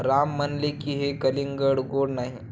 राम म्हणाले की, हे कलिंगड गोड नाही